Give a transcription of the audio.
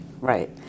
right